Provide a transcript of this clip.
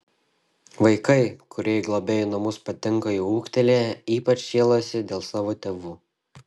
vaikai kurie į globėjų namus patenka jau ūgtelėję ypač sielojasi dėl savo tėvų